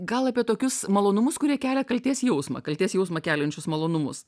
gal apie tokius malonumus kurie kelia kaltės jausmą kaltės jausmą keliančius malonumus